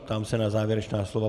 Ptám se na závěrečná slova.